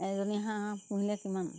এজনী হাঁহ পুহিলে কিমান